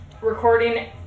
recording